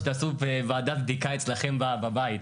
שתעשו ועדת בדיקת אצלכם בבית,